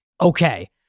Okay